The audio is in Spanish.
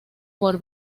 por